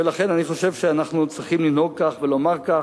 ולכן אני חושב שאנחנו צריכים לנהוג כך ולומר כך,